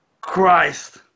Christ